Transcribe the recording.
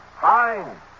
Fine